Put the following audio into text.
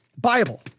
bible